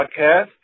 Podcast